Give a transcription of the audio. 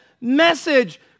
message